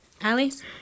Alice